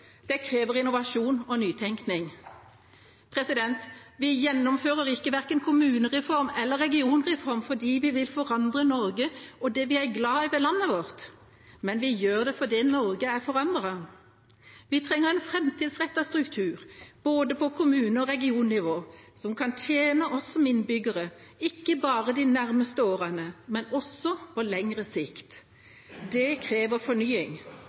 Det krever innovasjon og nytenkning. Vi gjennomfører verken kommunereform eller regionreform fordi vi vil forandre Norge og det vi er glad i ved landet vårt, vi gjør det fordi Norge er forandret. Vi trenger en framtidsrettet struktur på både kommune- og regionnivå som kan tjene oss som innbyggere ikke bare de nærmeste årene, men også på lengre sikt. Det krever fornying,